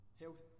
health